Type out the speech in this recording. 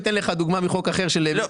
אני אתן לך דוגמה מחוק אחר ש --- לא,